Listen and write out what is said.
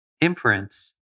imprints